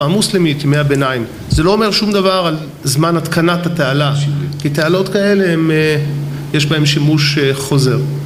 המוסלמית, ימי הביניים, זה לא אומר שום דבר על זמן התקנת התעלה כי תעלות כאלה יש בהם שימוש חוזר